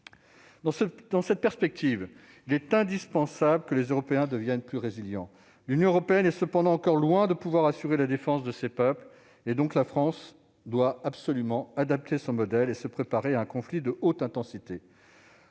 Dans cette perspective, il est indispensable que les Européens deviennent plus résilients. L'Union européenne est cependant encore loin de pouvoir assurer la défense de ses peuples. La France doit donc absolument adapter son modèle et se préparer à un conflit de haute intensité.